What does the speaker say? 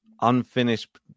unfinished